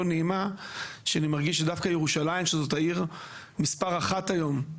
נעימה שאני מרגיש שדווקא ירושלים שזאת העיר מספר אחת היום,